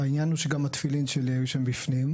העניין הוא שגם התפילין שלי היו שם בפנים.